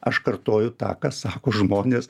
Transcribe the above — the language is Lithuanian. aš kartoju tą ką sako žmonės